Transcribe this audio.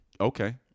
okay